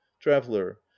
Traveller